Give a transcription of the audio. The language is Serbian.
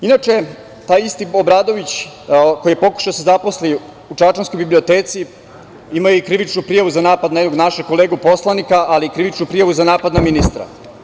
Inače, taj isti Obradović, koji je pokušao da se zaposli u čačanskoj biblioteci, ima i krivičnu prijavu za napad na jednog našeg kolegu, poslanika, ali i krivičnu prijavu za napad na ministra.